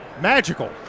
magical